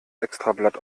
extrablatt